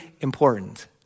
important